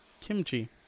Kimchi